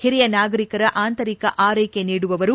ಒರಿಯ ನಾಗರಿಕರ ಆಂತರಿಕ ಆರ್ನೆಕೆ ನೀಡುವವರು